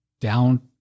down